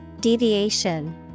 Deviation